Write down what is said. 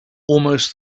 almost